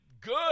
good